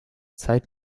zeit